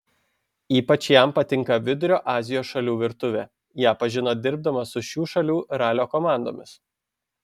ypač jam patinka vidurio azijos šalių virtuvė ją pažino dirbdamas su šių šalių ralio komandomis